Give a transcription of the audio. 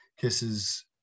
kisses